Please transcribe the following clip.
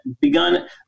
begun